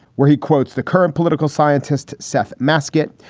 where he quotes the current political scientist, seth masket,